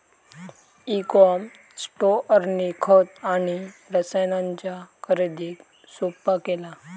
E com स्टोअरनी खत आणि रसायनांच्या खरेदीक सोप्पा केला